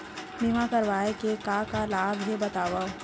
बीमा करवाय के का का लाभ हे बतावव?